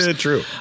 True